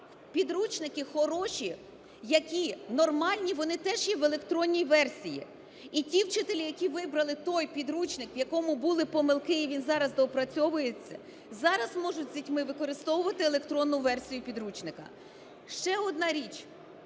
підручники хороші, які нормальні, вони теж є в електронній версії. І ті вчителі, які вибрали той підручник, в якому були помилки і він зараз доопрацьовується, зараз можуть з дітьми використовувати електронну версію підручника. Ще одна річ.